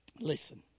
Listen